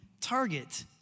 target